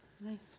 Nice